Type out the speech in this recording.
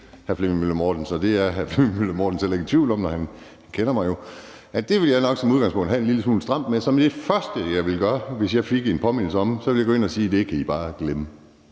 hr. Flemming Møller Mortensen heller ikke i tvivl om, for han kender mig jo – som udgangspunkt nok vil have det en lille smule stramt med. Det første, jeg ville gøre, hvis jeg fik en påmindelse om det, var at gå ind og sige, at det kan I bare glemme.